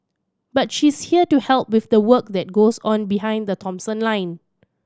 but she's here to help with the work that goes on behind the Thomson line